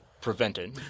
Prevented